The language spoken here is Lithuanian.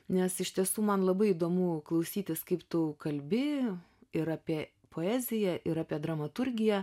nes iš tiesų man labai įdomu klausytis kaip tu kalbi ir apie poeziją ir apie dramaturgiją